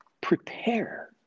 Prepare